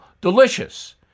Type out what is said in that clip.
delicious